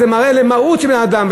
זה מראה את המהות של בני-אדם.